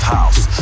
house